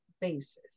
basis